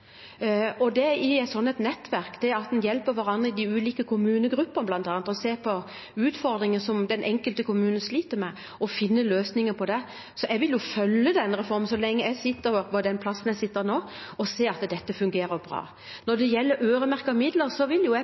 i et sånt nettverk, det at man hjelper hverandre i de ulike kommunegruppene, bl.a., med å se på utfordringer som den enkelte kommune sliter med, og finne løsninger på det. Så jeg vil jo følge den reformen så lenge jeg sitter på den plassen jeg sitter på nå, og se at dette fungerer bra. Når det gjelder øremerkede midler, vil